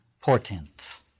portents